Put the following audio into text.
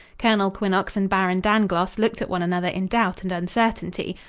colonel quinnox and baron dangloss looked at one another in doubt and uncertainty.